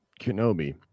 Kenobi